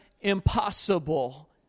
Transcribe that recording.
impossible